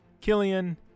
Killian